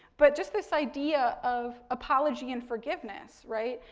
but just this idea of apology and forgiveness, right?